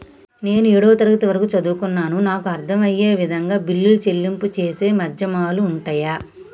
నేను ఏడవ తరగతి వరకు చదువుకున్నాను నాకు అర్దం అయ్యే విధంగా బిల్లుల చెల్లింపు చేసే మాధ్యమాలు ఉంటయా?